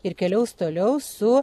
ir keliaus toliau su